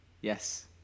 Yes